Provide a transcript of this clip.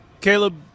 Caleb